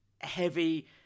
heavy